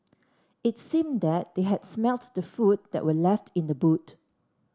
it seemed that they had smelt the food that were left in the boot